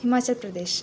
Himachal Pradesh